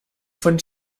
von